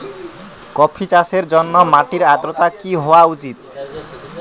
Coffee চাষের জন্য মাটির আর্দ্রতা কি হওয়া উচিৎ?